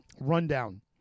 rundown